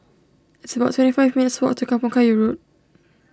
it's about twenty five minutes' walk to Kampong Kayu Road